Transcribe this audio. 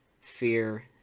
fear